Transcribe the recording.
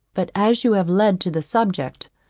but as you have lead to the subject,